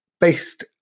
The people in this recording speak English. based